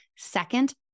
Second